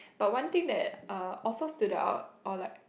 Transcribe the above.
but one thing that uh also stood out or like